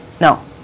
No